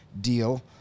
deal